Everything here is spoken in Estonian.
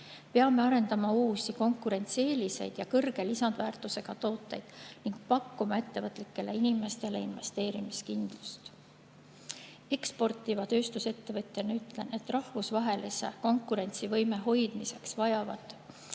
Peame arendama uusi konkurentsieeliseid ja suure lisandväärtusega tooteid ning pakkuma ettevõtlikele inimestele investeerimiskindlust. Eksportiva tööstusettevõtjana ütlen, et rahvusvahelise konkurentsivõime hoidmiseks vajavad